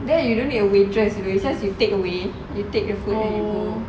there you don't need a waitress you know you just takeaway you take the food and go